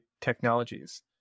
technologies